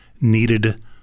needed